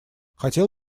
хотел